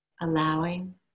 allowing